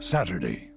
Saturday